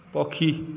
ପକ୍ଷୀ